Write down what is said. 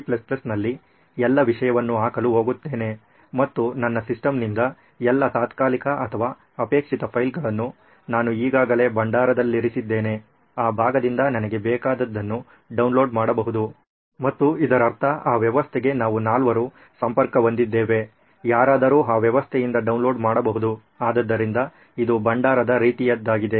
Cನಲ್ಲಿ ಎಲ್ಲ ವಿಷಯವನ್ನು ಹಾಕಲು ಹೋಗುತ್ತೇನೆ ಮತ್ತು ನನ್ನ ಸಿಸ್ಟಮ್ನಿಂದ ಎಲ್ಲಾ ತಾತ್ಕಾಲಿಕ ಅಥವಾ ಅಪೇಕ್ಷಿಸದ ಫೈಲ್ಗಳನ್ನು ನಾನು ಈಗಾಗಲೇ ಭಂಡಾರದಲ್ಲಿರಿಸಿದ್ದೇನೆ ಆ ಭಾಗದಿಂದ ನನಗೆ ಬೇಕಾದುದನ್ನು ಡೌನ್ಲೋಡ್ ಮಾಡಬಹುದು ಮತ್ತು ಇದರರ್ಥ ಆ ವ್ಯವಸ್ಥೆಗೆ ನಾವು ನಾಲ್ವರು ಸಂಪರ್ಕ ಹೊಂದಿದ್ದೇವೆ ಯಾರಾದರೂ ಆ ವ್ಯವಸ್ಥೆಯಿಂದ ಡೌನ್ಲೋಡ್ ಮಾಡಬಹುದು ಆದ್ದರಿಂದ ಇದು ಭಂಡಾರದ ರೀತಿಯದ್ದಾಗಿದೆ